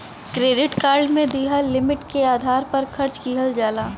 credit card में दिहल limit के आधार पर खर्च किहल जाला